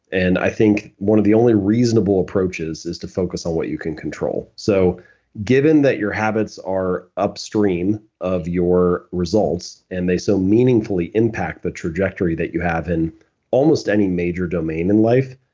and i think one of the only reasonable reasonable approaches is to focus on what you can control. so given that your habits are upstream of your results and they so meaningfully impact the trajectory that you have in almost any major domain in life,